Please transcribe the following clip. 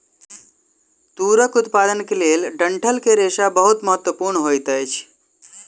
तूरक उत्पादन के लेल डंठल के रेशा बहुत महत्वपूर्ण होइत अछि